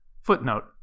Footnote